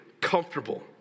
comfortable